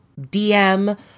DM